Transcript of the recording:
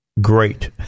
great